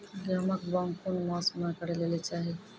गेहूँमक बौग कून मांस मअ करै लेली चाही?